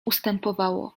ustępowało